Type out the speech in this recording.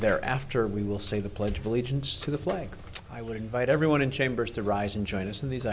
thereafter we will say the pledge of allegiance to the flag i would invite everyone in chambers to rise and join us in these